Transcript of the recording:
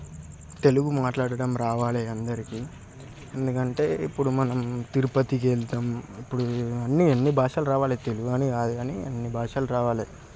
తెలుగు మాట్లాడటం రావాలి అందరికీ ఎందుకంటే ఇప్పుడు మనం తిరుపతికి వెళ్తాము ఇప్పుడు అన్ని భాషలు రావాలి తెలుగు అని కాదు కానీ అన్ని భాషలు రావాలి